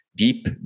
Deep